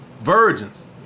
virgins